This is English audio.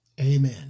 amen